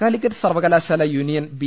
കാലിക്കറ്റ് സർവകലാശാല union B